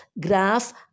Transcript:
graph